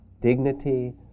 dignity